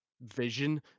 vision